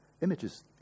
Images